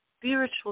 spiritual